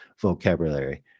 vocabulary